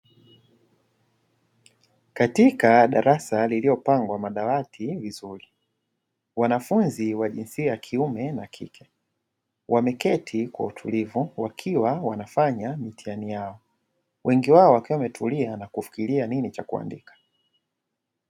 Katika darasa lililopangwa madawati vizuri wanafunzi wa jinsia ya kiume na kike, wameketi kwa utulivu wakiwa wanafanya mitihani yao wengi wao wakiwa wametulia na kufikiria nini cha kuandika.